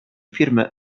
firmy